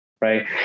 right